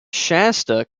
shasta